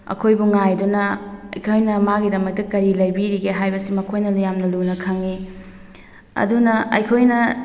ꯑꯩꯈꯣꯏꯕꯨ ꯉꯥꯏꯗꯨꯅ ꯑꯩꯈꯣꯏꯅ ꯃꯥꯒꯤꯗꯃꯛꯇ ꯀꯔꯤ ꯂꯩꯕꯤꯔꯤꯒꯦ ꯍꯥꯏꯕꯁꯤ ꯃꯈꯣꯏꯅ ꯌꯥꯝꯅ ꯂꯨꯅ ꯈꯪꯉꯤ ꯑꯗꯨꯅ ꯑꯩꯈꯣꯏꯅ